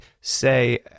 say